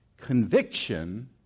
Conviction